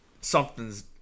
something's